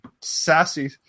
sassy